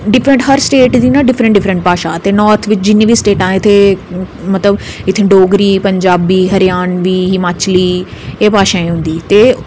different हर state दी ना डिफरैंट डिफरैंट भाशा ते नार्थ बिच जिन्नी बी स्टेटां ऐ ना ते मतलब इत्थै डोगरी पंजाबी हरियाणबी हिमाचली एह् भाशा ऐ उंदी ते